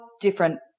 different